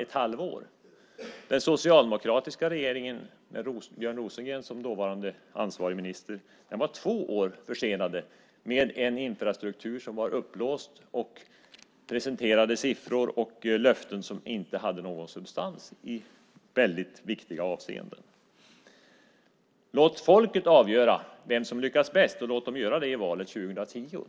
Den dåvarande socialdemokratiska regeringen med Björn Rosengren som ansvarig minister var två år försenad med en infrastrukturproposition som var uppblåst och presenterade siffror och löften som inte hade någon substans i väldigt viktiga avseenden. Låt folket avgöra vem som lyckas bäst, och låt dem göra det i valet 2010.